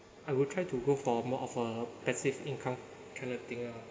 I will try to go for more of a passive income kind of thing lor